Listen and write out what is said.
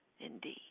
Indeed